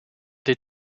des